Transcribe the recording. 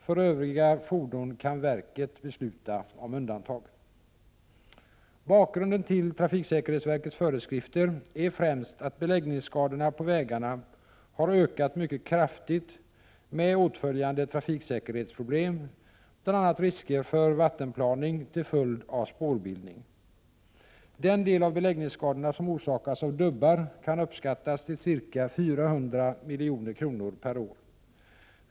För övriga fordon kan verket besluta om undantag. Bakgrunden till trafiksäkerhetsverkets föreskrifter är främst att beläggningsskadorna på vägarna har ökat mycket kraftigt med åtföljande trafiksäkerhetsproblem, bl.a. risker för vattenplaning till följd av spårbildning. Den del av beläggningsskadorna som orsakas av dubbar kan uppskattas till ca 400 milj.kr. per år.